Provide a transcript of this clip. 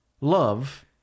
Love